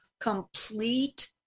complete